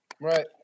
Right